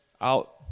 out